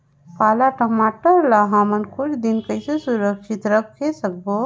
पाला टमाटर ला हमन कुछ दिन कइसे सुरक्षित रखे सकबो?